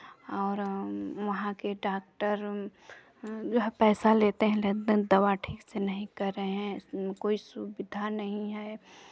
और वहाँ के डॉक्टर पैसा लेते हैं दवा ठीक से नहीं कर रहे हैं कोई सुविधा नहीं है